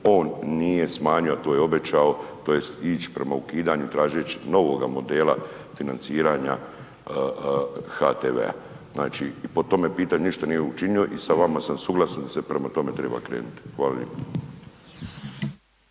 on nije smanjio a to je obećao tj. ići prema ukidanju tražeći novoga modela financiranja HTV-a. znači po tome pitanju ništa nije učinio i sa vama sam suglasan da se prema tome treba krenuti. Hvala lijepo.